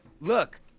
look